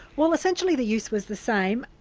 well essentially the use was the same.